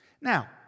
Now